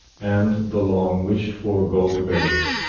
and the long wished-for gold vase,